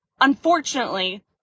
unfortunately